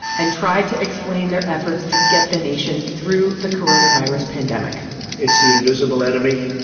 and try to explain their efforts to get the nation through the coronavirus pandemic it's the invisible enemy.